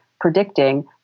predicting